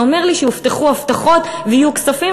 זה אומר לי שהובטחו הבטחות ויהיו כספים,